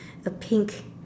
a pink